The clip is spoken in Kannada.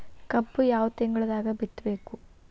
ಕಬ್ಬು ಯಾವ ತಿಂಗಳದಾಗ ಬಿತ್ತಬೇಕು?